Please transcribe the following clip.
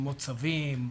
כמו צווים,